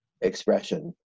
expression